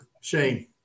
Shane